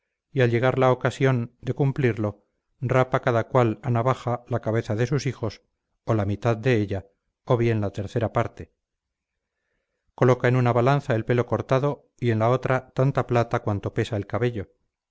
y al llegar la ocasión de cumplirlo rapa cada cual a navaja la cabeza de sus hijos o la mitad de ella o bien la tercera parte coloca en una balanza el pelo cortado y en la otra tanta plata cuanta pesa el cabello